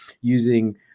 using